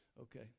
okay